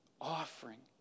offering